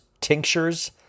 tinctures